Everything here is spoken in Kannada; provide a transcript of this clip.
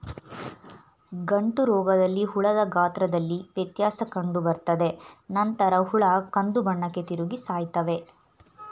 ಗಂಟುರೋಗದಲ್ಲಿ ಹುಳದ ಗಾತ್ರದಲ್ಲಿ ವ್ಯತ್ಯಾಸ ಕಂಡುಬರ್ತದೆ ನಂತರ ಹುಳ ಕಂದುಬಣ್ಣಕ್ಕೆ ತಿರುಗಿ ಸಾಯ್ತವೆ